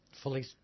fully